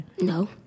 No